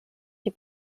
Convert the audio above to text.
die